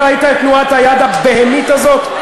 אתה ראית את תנועת היד הבהמית הזאת?